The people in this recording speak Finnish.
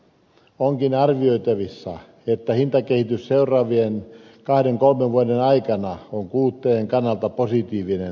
onkin arvioitavissa että hintakehitys seuraavien kahden kolmen vuoden aikana on kuluttajien kannalta positiivinen